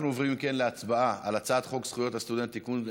אנחנו עוברים להצבעה על הצעת חוק זכויות הסטודנט (תיקון,